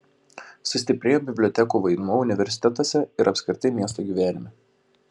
sustiprėjo bibliotekų vaidmuo universitetuose ir apskritai miesto gyvenime